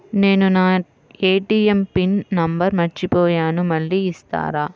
నేను నా ATM pin number మర్చిపోయాను మళ్ళీ ఇస్తారా?